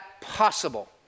possible